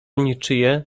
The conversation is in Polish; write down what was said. niczyje